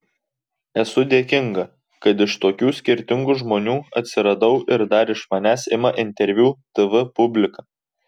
esu dėkinga kad iš tokių skirtingų žmonių atsiradau ir dar iš manęs ima interviu tv publika